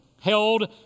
held